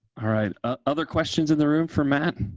all right. other questions in the room for matt,